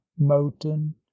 moton